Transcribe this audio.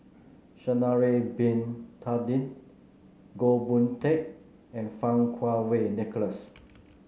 Sha'ari Bin Tadin Goh Boon Teck and Fang Kuo Wei Nicholas